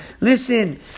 Listen